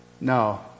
No